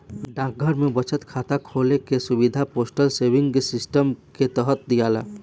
डाकघर में बचत खाता खोले के सुविधा पोस्टल सेविंग सिस्टम के तहत दियाला